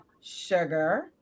sugar